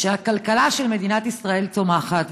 שהכלכלה של מדינת ישראל צומחת.